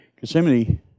Gethsemane